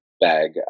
bag